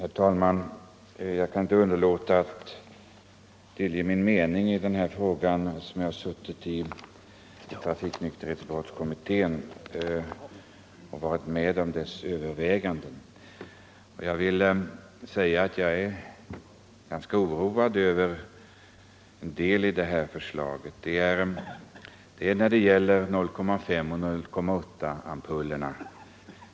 Herr talman! Jag kan inte underlåta att delge kammaren min uppfattning i denna fråga, eftersom jag tillhört trafiknykterhetskommittén och varit med om dess överväganden. Jag är ganska oroad över en del av detta förslag. Det gäller frågan om 0,5-promilleeller 0,8-promilleampuller.